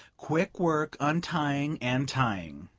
quick work untying and tying.